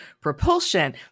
propulsion